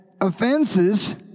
offenses